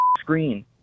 screen